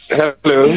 Hello